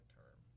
term